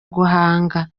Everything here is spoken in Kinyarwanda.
guhanga